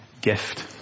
gift